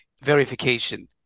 verification